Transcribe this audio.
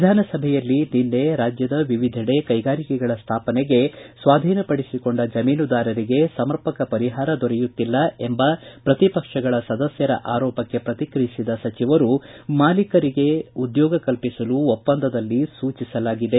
ವಿಧಾನ ಸಭೆಯಲ್ಲಿ ನಿನ್ನೆ ರಾಜ್ಯದ ವಿವಿಧೆಡೆ ಕೈಗಾರಿಕೆಗಳ ಸ್ವಾಪನೆಗೆ ಸ್ನಾಧೀನಪಡಿಸಿಕೊಂಡ ಜಮೀನುದಾರರಿಗೆ ಸಮರ್ಪಕ ಪರಿಹಾರ ದೊರೆಯುತ್ತಿಲ್ಲ ಎಂಬ ಪ್ರತಿಪಕ್ಷಗಳ ಸದಸ್ಯರ ಆರೋಪಕ್ಷೆ ಪ್ರತಿಕ್ರಿಯಿಸಿದ ಸಚಿವರು ಮೂಲ ಭೂಮಾಲೀಕರಿಗೆ ಉದ್ಯೋಗ ಕಲ್ಪಂದದಲ್ಲಿ ಸೂಚಿಸಲಾಗಿದೆ